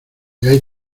hay